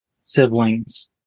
siblings